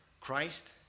Christ